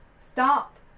Stop